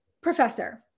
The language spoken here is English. professor